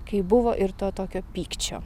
kai buvo ir to tokio pykčio